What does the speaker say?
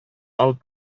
алып